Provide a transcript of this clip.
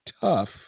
tough